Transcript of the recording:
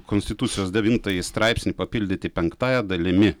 konstitucijos devyntąjį straipsnį papildyti penktąja dalimi